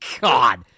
God